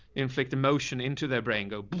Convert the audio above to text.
inflict emotion into their brain. go.